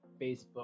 Facebook